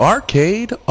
Arcade